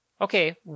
Okay